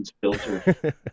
filter